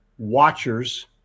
watchers